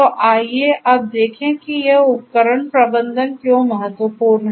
तो आइए अब देखें कि यह उपकरण प्रबंधन क्यों महत्वपूर्ण है